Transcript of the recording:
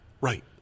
right